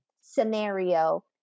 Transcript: scenario